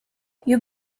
you